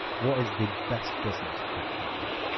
what is the best business book you've read?